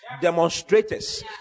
Demonstrators